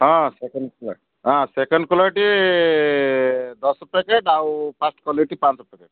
ହଁ ସେକେଣ୍ଡ୍ ହଁ second quality ଦଶ ପ୍ୟାକେଟ୍ ଆଉ ଫାର୍ଷ୍ଟ କ୍ୱାଲିଟି ପାଞ୍ଚ ପ୍ୟାକେଟ୍